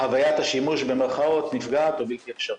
שחוויית השימוש נפגעת או בלתי אפשרית.